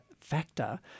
factor